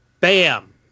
Bam